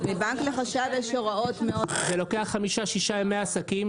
זה לוקח חמישה-שישה ימי עסקים,